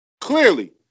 Clearly